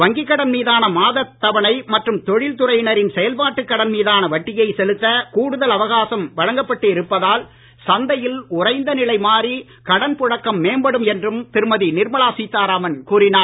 வங்கிகடன் மீதான மாதத் தவணை மற்றும் தொழில் துறையினரின் செயல்பாட்டுக் கடன் மீதான வட்டியை செலுத்த கூடுதல் அவகாசம் வழங்கப்பட்டு இருப்பதால் சந்தையில் உறைந்த நிலை மாறி கடன் புழக்கம் மேம்படும் என்றும் திருமதி நிர்மலா சீதாராமன் கூறினார்